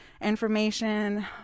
information